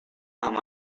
amb